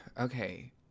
Okay